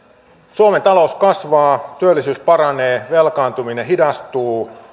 suomen talous kasvaa työllisyys paranee velkaantuminen hidastuu